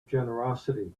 generosity